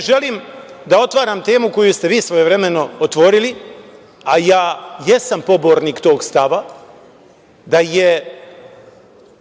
želim da otvaram temu koju ste vi svojevremeno otvorili, a ja jesam pobornik tog stava da je